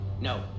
No